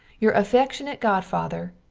your affeckshunate godfather,